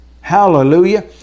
Hallelujah